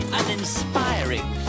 uninspiring